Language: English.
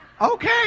Okay